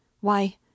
Why